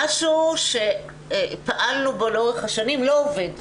משהו שפעלנו בו לאורך השנים לא עובד.